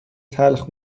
تلخ